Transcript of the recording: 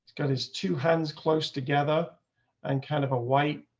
got his two hands close together and kind of a white